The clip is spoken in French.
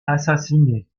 assassiné